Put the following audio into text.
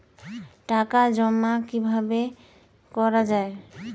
টাকা জমা কিভাবে করা য়ায়?